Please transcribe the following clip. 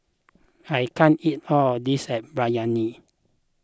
I can't eat all of this Biryani